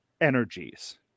energies